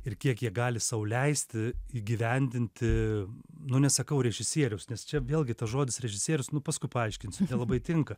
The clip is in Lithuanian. ir kiek jie gali sau leisti įgyvendinti nu nesakau režisieriaus nes čia vėlgi tas žodis režisierius nu paskui paaiškinsiu nelabai tinka